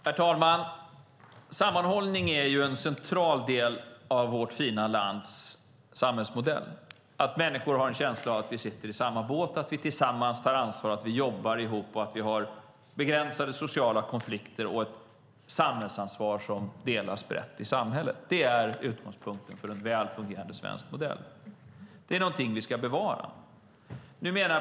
Herr talman! Sammanhållning är en central del av vårt fina lands samhällsmodell. Människor har en känsla av att vi sitter i samma båt, att vi tillsammans tar ansvar, jobbar ihop och har begränsade sociala konflikter och att samhällsansvaret delas brett i samhället. Det är utgångspunkten för en väl fungerande svensk modell. Det är någonting vi ska bevara.